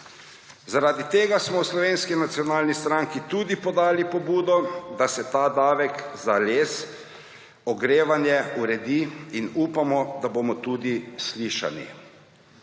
Zaradi tega smo v Slovenski nacionalni stranki tudi podali pobudo, da se ta davek za les, ogrevanje uredi; in upamo, da bomo tudi slišani.